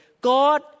God